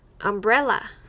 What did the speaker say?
Umbrella